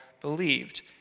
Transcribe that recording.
believed